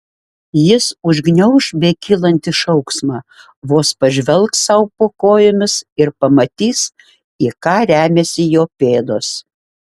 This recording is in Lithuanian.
jis užgniauš bekylantį šauksmą vos pažvelgs sau po kojomis ir pamatys į ką remiasi jo pėdos